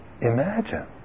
imagine